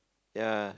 ya